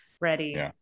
ready